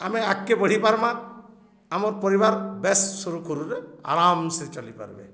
ଆମେ ଆଗ୍କେ ବଢ଼ି ପାର୍ମା ଆମର୍ ପରିବାର ବେଶ ସରୁୁଖୁରୁରେ ଆରାମ୍ସେ ଚଲିପାର୍ବେ